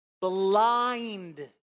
blind